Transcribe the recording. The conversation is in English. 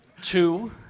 Two